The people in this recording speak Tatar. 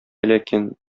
ләкин